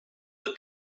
the